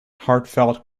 heartfelt